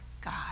God